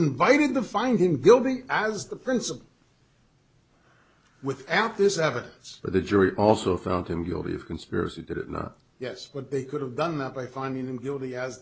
invited the find him guilty as the principal without this evidence but the jury also found him guilty of conspiracy did it not yes but they could have done that by finding him guilty as